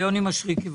יוני מישרקי.